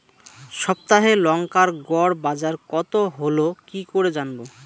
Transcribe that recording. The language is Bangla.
সপ্তাহে লংকার গড় বাজার কতো হলো কীকরে জানবো?